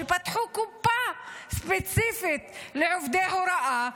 פתחו קופה ספציפית לעובדי הוראה,